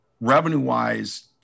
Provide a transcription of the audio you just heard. revenue-wise